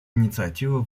инициативы